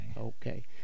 Okay